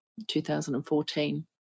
2014